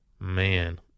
Man